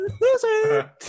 loser